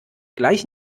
gleich